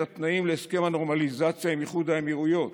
התנאים להסכם הנורמליזציה עם איחוד האמירויות?